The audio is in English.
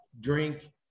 drink